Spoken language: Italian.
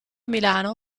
milano